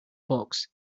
box